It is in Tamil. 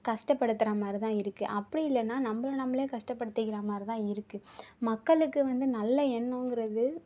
கஷ்டபடுத்துகிற மாதிரிதான் இருக்கு அப்படி இல்லைனா நம்மள நம்மளே கஷ்டப்படுத்திக்கிற மாதிரிதான் இருக்கு மக்களுக்கு வந்து நல்ல எண்ணம்ங்கிறது